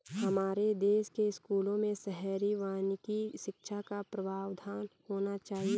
हमारे देश के स्कूलों में शहरी वानिकी शिक्षा का प्रावधान होना चाहिए